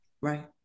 right